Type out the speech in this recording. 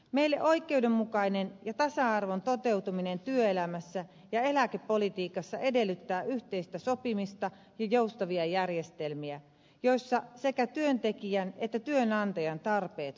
meille oikeudenmukaisuuden ja tasa arvon toteutuminen työelämässä ja eläkepolitiikassa edellyttää yhteistä sopimista ja joustavia järjestelmiä joissa sekä työntekijän että työnantajan tarpeet huomioidaan